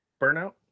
Burnout